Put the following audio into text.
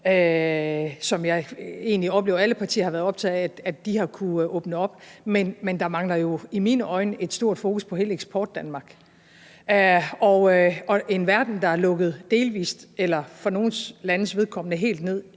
jeg egentlig at alle partier har været optaget af – men i mine øjne mangler der et stort fokus på hele Eksportdanmark. Og en verden, der er lukket delvist ned, eller for nogle landes vedkommende helt ned,